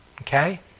Okay